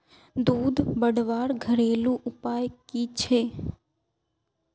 दूध बढ़वार घरेलू उपाय की छे?